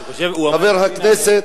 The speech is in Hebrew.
חבר הכנסת,